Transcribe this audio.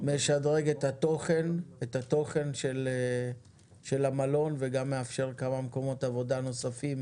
זה גם משדרג את התוכן של המלון וגם מאפשר כמה מקומות עבודה נוספים